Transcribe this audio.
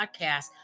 podcast